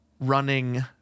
running